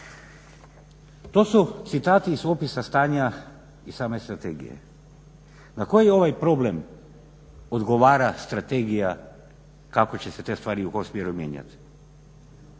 To su citati iz opisa stanja iz same strategije. Na koji ovaj problem odgovara strategija kako će se te stvari u kom smjeru mijenjati,